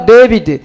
David